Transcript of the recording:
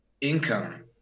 income